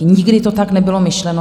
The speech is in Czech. Nikdy to tak nebylo myšleno.